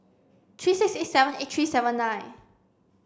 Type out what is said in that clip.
three six eight seven eight three seven nine